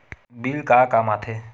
Bill का काम आ थे?